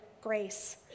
grace